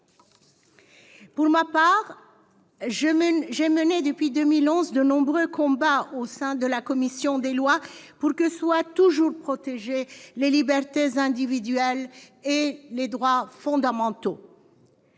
Pour ma part, j'ai mené, depuis 2011, de nombreux combats au sein de la commission des lois pour que soient toujours protégés libertés individuelles et droits fondamentaux.